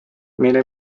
meile